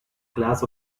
glass